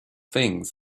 things